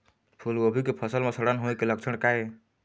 फूलगोभी के फसल म सड़न होय के लक्षण का ये?